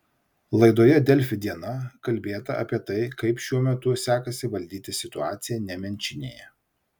laidoje delfi diena kalbėta apie tai kaip šiuo metu sekasi valdyti situaciją nemenčinėje